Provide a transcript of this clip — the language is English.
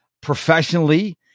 professionally